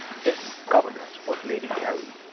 this governess was lady cary.